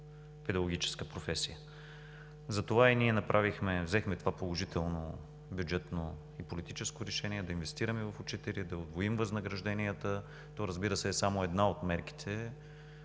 педагогическа професия. Затова и ние взехме това положително бюджетно и политическо решение да инвестираме в учителите, да удвоим възнагражденията. Това, разбира се, е само една от мерките.